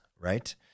right